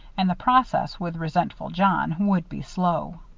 and the process, with resentful john, would be slow.